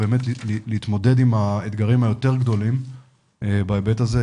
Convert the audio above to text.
להתמודד עם האתגרים היותר גדולים בהיבט הזה,